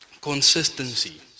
consistency